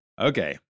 Okay